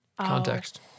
context